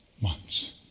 months